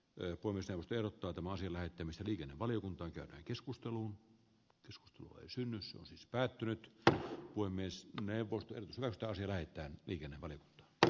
lipponen selosti erottautumaan sillä että mistä kommervenkkejä ja vaikeuksia myös päätynyt tai poimia ne voi nostaa sillä että liikenne oli dr